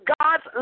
God's